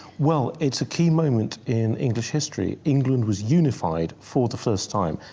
well it's a key moment in english history, england was unified for the first time.